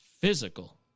physical